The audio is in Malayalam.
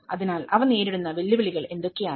അതിനാൽ അവ നേരിടുന്ന വെല്ലുവിളികൾ എന്തൊക്കെയാണ്